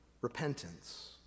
repentance